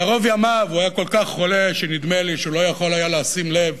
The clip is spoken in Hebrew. בערוב ימיו הוא היה כל כך חולה שנדמה לי שהוא לא יכול היה לשים לב